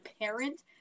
parent